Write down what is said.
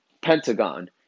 Pentagon